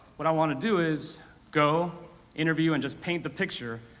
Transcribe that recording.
what i wanna do is go interview and just paint the picture,